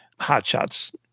hotshots